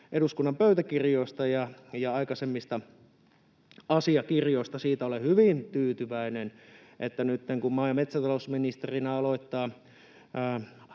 eduskunnan pöytäkirjoista ja aikaisemmista asiakirjoista. Siitä olen hyvin tyytyväinen, että nyt kun maa- ja metsätalousministerinä aloittaa